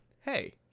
hey